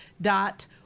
dot